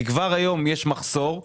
כי כבר היום יש מחסור ברדיולוגיים.